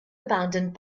abandoned